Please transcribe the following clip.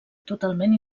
totalment